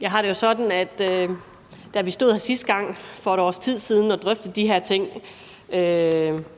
Jeg har det jo sådan, at da vi stod her sidste gang for et års tid siden og drøftede de her ting